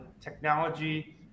technology